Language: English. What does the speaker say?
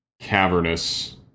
cavernous